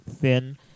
thin